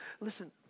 listen